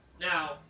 Now